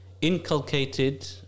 inculcated